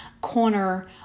corner